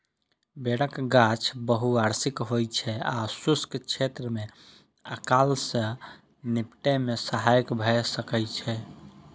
बेरक गाछ बहुवार्षिक होइ छै आ शुष्क क्षेत्र मे अकाल सं निपटै मे सहायक भए सकै छै